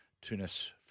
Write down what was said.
Tunis